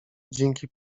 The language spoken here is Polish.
dzięki